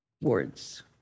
words